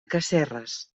casserres